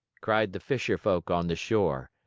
cried the fisher folk on the shore,